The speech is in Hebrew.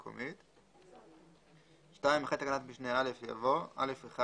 המקומית."; (2) אחרי תקנת משנה (א) יבוא: "(א1)